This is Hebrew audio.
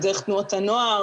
זה דרך תנועות הנוער,